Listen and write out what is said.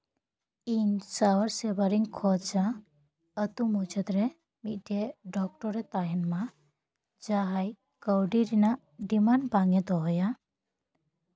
ᱤᱧ ᱥᱟᱶᱟᱨ ᱥᱮᱵᱟ ᱨᱤᱧ ᱠᱷᱚᱡᱼᱟ ᱟᱛᱳ ᱢᱩᱪᱟᱹᱫ ᱨᱮ ᱢᱤᱫᱴᱮᱱ ᱰᱟᱠᱛᱚᱨ ᱮ ᱛᱟᱦᱮᱱ ᱢᱟ ᱡᱟᱦᱟᱸᱭ ᱠᱟᱹᱣᱰᱤ ᱨᱮᱱᱟᱜ ᱰᱤᱢᱟᱱᱰ ᱵᱟᱝᱼᱮ ᱫᱚᱦᱚᱭᱟ